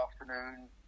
afternoon